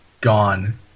gone